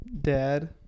dad